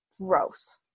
gross